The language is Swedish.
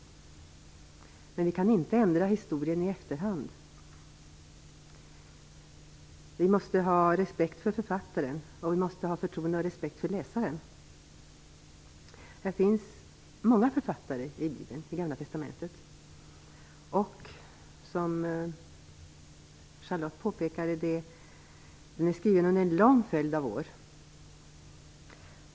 Men vi kan inte ändra historien i efterhand. Vi måste ha respekt för författaren, och vi måste ha förtroende och respekt för läsaren. Det finns många författare bakom Gamla testamentet. Boken är skriven under en lång följd av år.